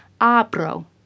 abro